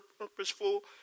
purposeful